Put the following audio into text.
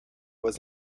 was